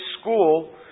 school